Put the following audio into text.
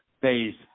Phase